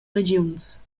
regiuns